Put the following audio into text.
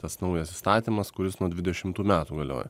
tas naujas įstatymas kuris nuo dvidešimtų metų galioja